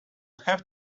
have